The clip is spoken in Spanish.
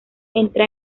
entra